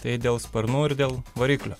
tai dėl sparnų ir dėl variklio